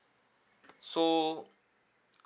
so